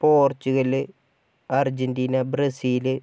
Portugal Argentina Brazil